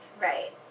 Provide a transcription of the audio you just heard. Right